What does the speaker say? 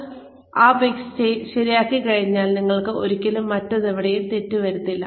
ഒരിക്കൽ നിങ്ങൾ ആ മിക്സ് ശരിയാക്കിക്കഴിഞ്ഞാൽ നിങ്ങൾക്ക് ഒരിക്കലും മറ്റെവിടെയും തെറ്റ് പറ്റില്ല